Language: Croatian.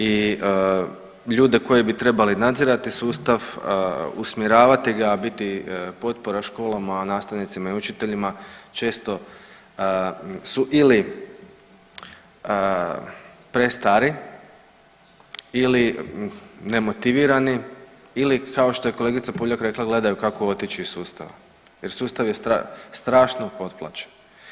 I ljude koje bi trebali nadzirati sustav usmjeravatelja biti potpora školama, nastavnicima i učiteljima često su ili prestari ili nemotivirani ili kao što je kolegica Puljak rekla gledaju kako otići iz sustava, jer sustav je strašno potplaćen.